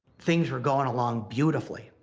things were going along beautifully.